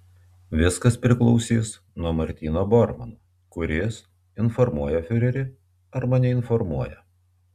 viskas priklausys nuo martyno bormano kuris informuoja fiurerį arba neinformuoja